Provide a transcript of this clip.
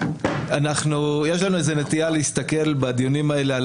יש לנו נטייה להסתכל בדיונים האלה על